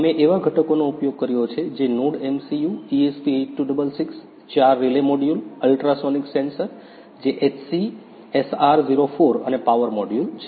અમે એવા ઘટકોનો ઉપયોગ કર્યો છે જે NodeMCU ESP8266 ચાર રિલે મોડ્યુલ અલ્ટ્રાસોનિક સેન્સર જે HCSR04 અને પાવર મોડ્યુલ છે